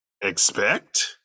expect